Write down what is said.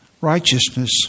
righteousness